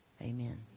Amen